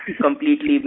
completely